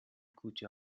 کوچه